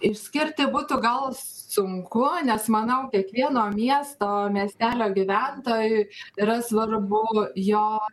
išskirti būtų gal sunku nes manau kiekvieno miesto miestelio gyventojui yra svarbu jo